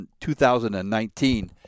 2019